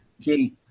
okay